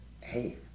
hey